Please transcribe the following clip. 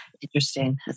Interesting